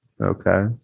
Okay